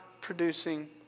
producing